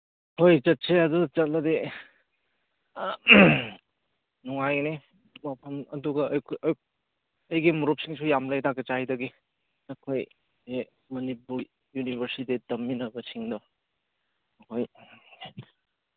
ꯍꯣꯏ ꯆꯠꯁꯦ ꯑꯗꯨ ꯆꯠꯂꯗꯤ ꯅꯨꯡꯉꯥꯏꯒꯅꯤ ꯃꯐꯝ ꯑꯗꯨꯒ ꯑꯩꯒꯤ ꯃꯔꯨꯞꯁꯤꯡꯁꯨ ꯌꯥꯝ ꯂꯩꯗ ꯀꯆꯥꯏꯗꯒꯤ ꯅꯈꯣꯏ ꯃꯅꯤꯄꯨꯔ ꯌꯨꯅꯤꯚꯔꯁꯤꯇꯤ ꯇꯝꯃꯤꯟꯅꯕꯁꯤꯡꯗꯣ ꯃꯣꯏ